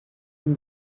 b’u